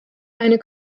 eine